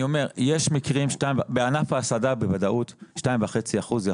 אני אומר שיש מקרים - בענף ההסעדה בוודאות 2.5 אחוזים,